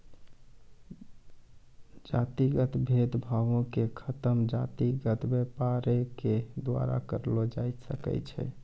जातिगत भेद भावो के खतम जातिगत व्यापारे के द्वारा करलो जाय सकै छै